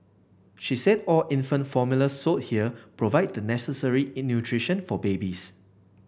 she said all infant formula sold here provide the necessary in nutrition for babies